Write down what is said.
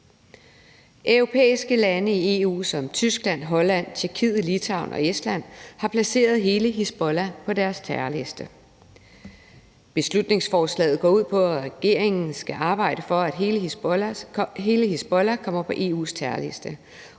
Europæiske lande i EU som Tyskland, Holland, Tjekkiet, Litauen og Estland har placeret hele Hizbollah på deres terrorliste. Beslutningsforslaget går ud på, at regeringen skal arbejde for, at hele Hizbollah kommer på EU's terrorliste,